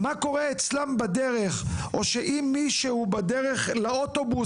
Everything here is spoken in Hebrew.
מה קורה אצלם בדרך או שאם מישהו בדרך לאוטובוס